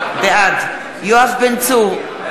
בעד יואב בן צור,